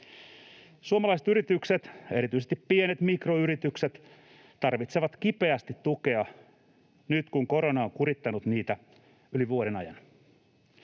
Suomalaiset yritykset, erityisesti pienet mikroyritykset, tarvitsevat kipeästi tukea nyt, kun korona on kurittanut niitä yli vuoden ajan.